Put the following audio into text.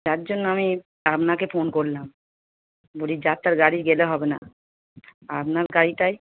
যার জন্য আমি আপনাকে ফোন করলাম বলি যার তার গাড়ি গেলে হবে না আপনার গাড়িটাই